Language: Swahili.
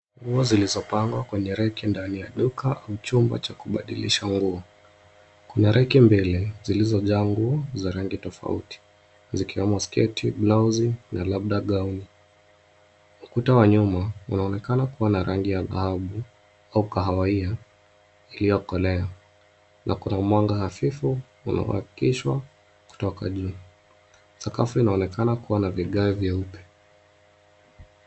Nguo zilizopangwa kwenye reki ndani ya duka au chumba cha kubadilisha nguo. Kuna reki mbili zilizojaa nguo za rangi tofauti zikiwemo sketi, baluzi na labda gauni. Ukuta wa nyuma unaonekana kuwa na rangi ya dhahabu au kahawia iliyokolea na kuna mwanga hafifu unaoakishwa kutoka juu. Sakafu inaonekana kuwa na vigae vyeupe.